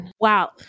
Wow